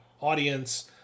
audience